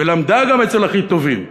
ולמדה גם אצל הכי טובים,